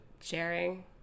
sharing